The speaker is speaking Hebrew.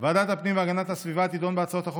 ועדת הפנים והגנת הסביבה תדון בהצעות החוק